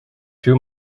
too